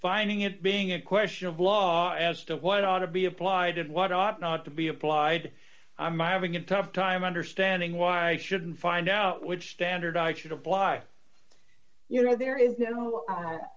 finding it being a question of law as to what ought to be applied and what ought not to be applied i'm i having a tough time understanding why i should find out which standard i should apply you know there is no u